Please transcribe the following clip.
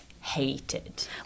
hated